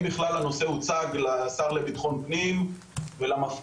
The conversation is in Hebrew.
בכלל הנושא הוצג לשר לביטחון פנים ולמפכ"ל?